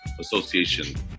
Association